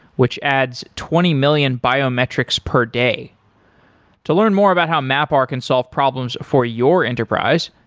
which adds twenty million biometrics per day to learn more about how mapr can solve problems for your enterprise,